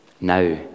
now